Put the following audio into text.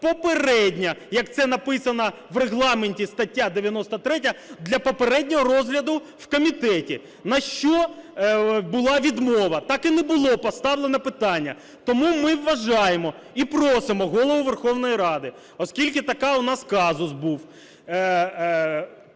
попередньо, як це написано в Регламенті, стаття 93, для попереднього розгляду в комітеті. На що була відмова. Так і не було поставлено питання. Тому ми вважаємо і просимо Голову Верховної Ради, оскільки такий у нас казус був,